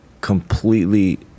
completely